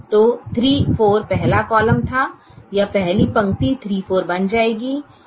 तो 34 पहला कॉलम था यह पहली पंक्ति 34 बन जाएगी